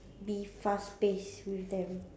be fast paced with them